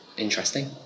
Interesting